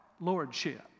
lordship